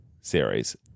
series